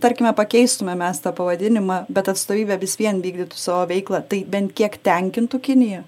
tarkime pakeistume mes tą pavadinimą bet atstovybė vis vien vykdytų savo veiklą tai bent kiek tenkintų kiniją